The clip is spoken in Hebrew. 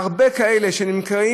היום המצב הוא שהרבה מאלה שנקראים